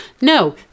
No